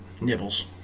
nibbles